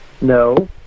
No